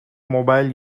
mobile